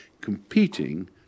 competing